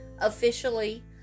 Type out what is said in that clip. officially